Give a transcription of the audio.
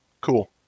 cool